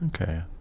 okay